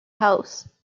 house